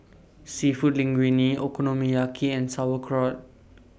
Seafood Linguine Okonomiyaki and Sauerkraut